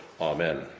Amen